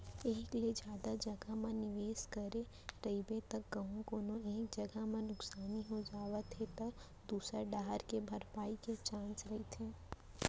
एक ले जादा जघा म निवेस करे रहिबे त कहूँ कोनो एक जगा म नुकसानी हो जावत हे त दूसर डाहर ले भरपाई के चांस रहिथे